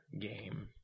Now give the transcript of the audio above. game